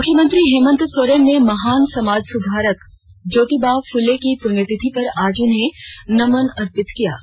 मुख्यमंत्री हेमंत सोरेन ने महान समाज सुधारक ज्योतिबा फले की पुण्यतिथि पर आज उन्हें नमन अर्पित किया है